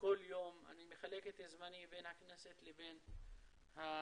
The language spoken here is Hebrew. כל יום אני מחלק את זמני בין הכנסת לבין הסכסוכים